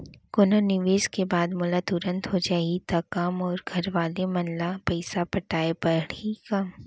कोनो निवेश के बाद मोला तुरंत हो जाही ता का मोर घरवाले मन ला पइसा पटाय पड़ही का?